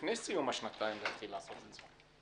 לפני סיום השנתיים להתחיל לעשות את זה.